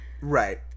right